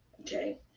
okay